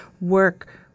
work